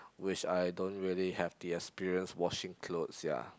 which I don't really have the experience washing clothes ya